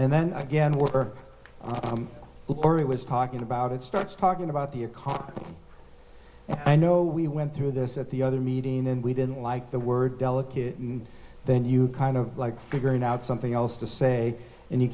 and then again we're before i was talking about it starts talking about the economy and i know we went through this at the other meeting and we didn't like the word delicate and then you kind of like figuring out something else to say and he